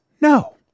No